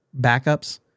backups